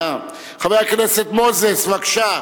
חבר הכנסת מוזס, בבקשה.